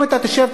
אם אתה תשב,